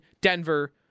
Denver